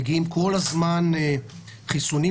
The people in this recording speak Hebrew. מגיעים כל הזמן חיסונים,